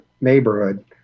neighborhood